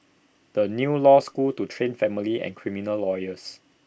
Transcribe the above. the new law school to train family and criminal lawyers